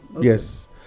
yes